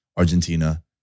Argentina